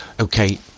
okay